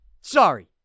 Sorry